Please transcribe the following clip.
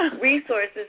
resources